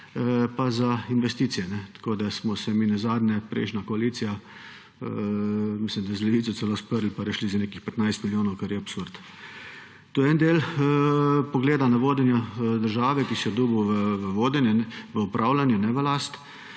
za investicije. Tako da smo se mi nazadnje, prejšnja koalicija, mislim, da z Levico, celo sprli pa razšli za nekih 15 milijonov, kar je absurd. To je en del pogleda na vodenje države, ki si jo dobil v vodenje, v upravljanje, ne v last.